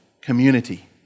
community